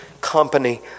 company